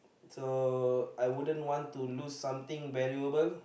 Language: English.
so I wouldn't want to lose something valuable